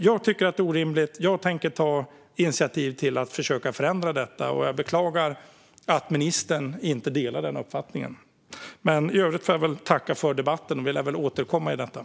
Jag tycker att detta är orimligt och tänker därför ta initiativ till att försöka förändra det här. Jag beklagar att ministern inte delar min uppfattning. I övrigt får jag tacka för debatten. Vi lär återkomma i frågan.